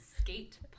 skate